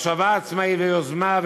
מחשבה עצמאית ויוזמה,